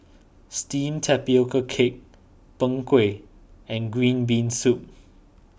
Steamed Tapioca Cake Png Kueh and Green Bean Soup